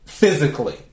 Physically